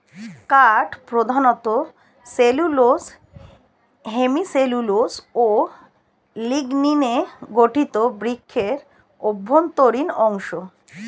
কাঠ প্রধানত cellulose, hemicellulose ও লিগনিনে গঠিত বৃক্ষের অভ্যন্তরীণ অংশ